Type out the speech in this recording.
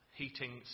heating